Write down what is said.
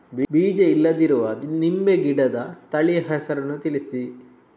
ಬೀಜ ಇಲ್ಲದಿರುವ ನಿಂಬೆ ಗಿಡದ ತಳಿಯ ಹೆಸರನ್ನು ತಿಳಿಸಿ?